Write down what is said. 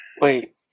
Wait